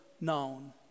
known